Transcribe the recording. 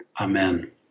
Amen